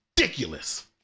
ridiculous